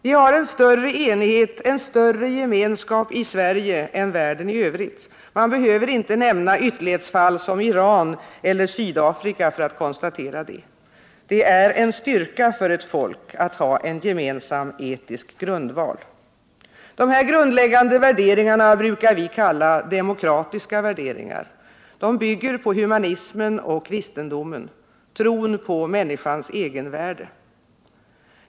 Vi har en större enighet, en större gemenskap i Sverige än världen i övrigt. Man behöver inte nämna ytterlighetsfall som Iran eller Sydafrika för att konstatera detta. Det är en styrka för ett folk att ha en gemensam etisk grundval. Dessa grundläggande värderingar brukar vi kalla demokratiska värderingar, som bygger på humanismen och kristendomen — tron på människans egenvärde.